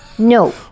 No